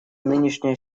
нынешняя